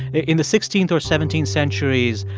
in the sixteenth or seventeenth centuries,